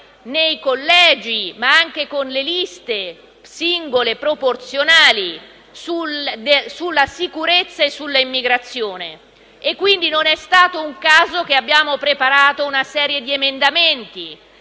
nei collegi, ma anche con le liste singole e proporzionali, sulla sicurezza e sull'immigrazione. Non è stato un caso se abbiamo preparato una serie di emendamenti